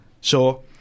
Sure